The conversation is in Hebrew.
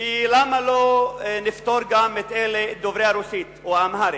למה לא נפטור גם את אלה דוברי הרוסית או האמהרית.